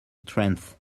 strengths